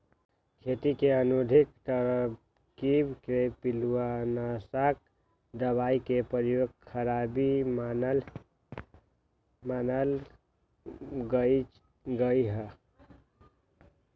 खेती के आधुनिक तरकिब में पिलुआनाशक दबाई के प्रयोग खराबी मानल गेलइ ह